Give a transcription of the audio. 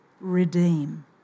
Redeem